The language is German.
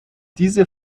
diese